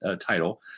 title